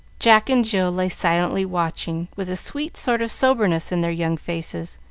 jack and jill lay silently watching, with a sweet sort of soberness in their young faces,